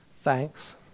thanks